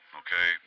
okay